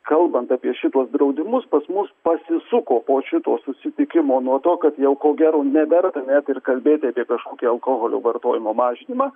kalbant apie šituos draudimus pas mus pasisuko po šito susitikimo nuo to kad jau ko gero neverta net ir kalbėti apie kažkokį alkoholio vartojimo mažinimą